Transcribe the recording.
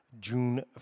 June